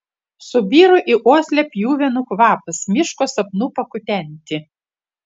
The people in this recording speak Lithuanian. subiro į uoslę pjuvenų kvapas miško sapnų pakutenti